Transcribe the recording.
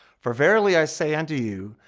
for verily i say unto you,